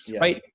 right